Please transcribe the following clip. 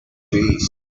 trees